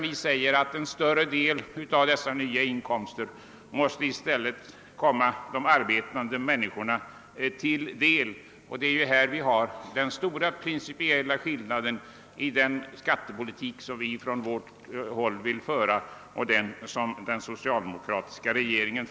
Vi menar att en större del av inkomstökningen måste komma de arbetande människorna till godo, och här är den stora principiella skillnaden mellan vår skattepolitik och den socialdemokratiska regeringens.